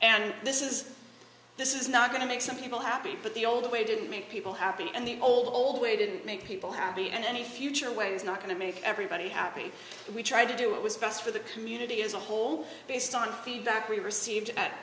and this is this is not going to make some people happy but the old way didn't make people happy and the old way didn't make people happy and any future way is not going to make everybody happy we tried to do what was best for the community as a whole based on feedback we received a